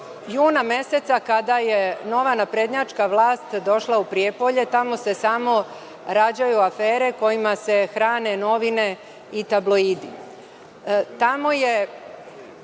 juna meseca kada je nova naprednjačka vlast došla u Prijepolje tamo se samo rađaju afere kojima se hrane novine i tabloidi.